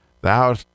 Thou